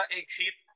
exit